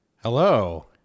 Hello